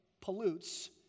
pollutes